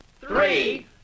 three